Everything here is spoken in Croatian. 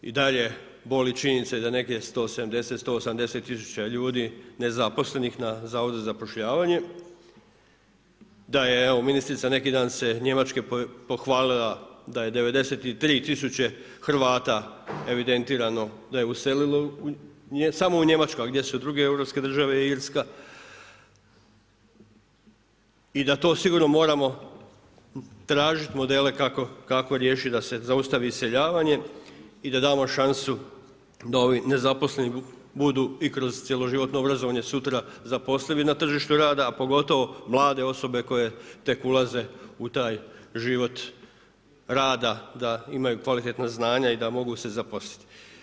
I dalje boli činjenica da negdje 170, 180 tisuća ljudi nezaposlenih na Zavodu za zapošljavanju, da je ministrica neki dan se Njemačke pohvalila da je 93000 Hrvata evidentirano da je uselilo samo u Njemačku, a gdje su druge europske države, Irska i da to sigurno moramo tražiti modele kako riješiti da se zaustavi iseljavanje i da damo šansku da ovi nezaposleni budu i kroz cjeloživotno obrazovanje sutra zaposlivi na tržištu rada, a pogotovo mlade osobe koje tek ulaze u taj život rada da imaju kvalitetna znanja i da mogu se zaposliti.